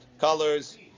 colors